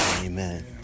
Amen